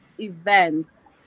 event